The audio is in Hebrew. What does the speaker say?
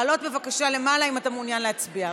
לעלות בבקשה למעלה אם אתה מעוניין להצביע.